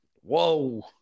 Whoa